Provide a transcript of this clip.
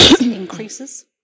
increases